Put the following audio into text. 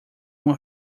uma